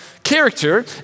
character